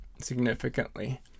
significantly